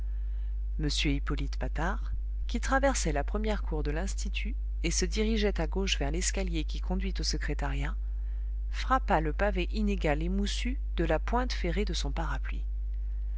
m hippolyte patard qui traversait la première cour de l'institut et se dirigeait à gauche vers l'escalier qui conduit au secrétariat frappa le pavé inégal et moussu de la pointe ferrée de son parapluie